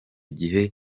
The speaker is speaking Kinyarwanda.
gihe